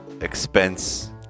expense